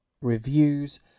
reviews